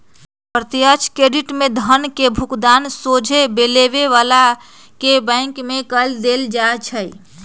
प्रत्यक्ष क्रेडिट में धन के भुगतान सोझे लेबे बला के बैंक में कऽ देल जाइ छइ